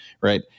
right